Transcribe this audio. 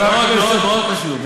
מאוד מאוד מאוד חשוב.